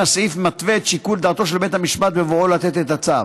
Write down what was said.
הסעיף מתווה את שיקול דעתו של בית המשפט בבואו לתת את הצו.